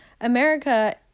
America